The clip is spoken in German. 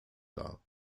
dar